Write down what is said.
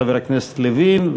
חבר הכנסת לוין,